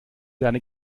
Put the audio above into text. deine